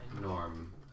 Norm